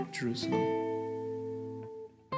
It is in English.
Jerusalem